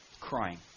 Crying